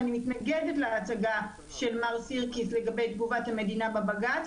ואני מתנגדת להצגה של מר סירקיס לגבי תגובת המדינה בבג"ץ.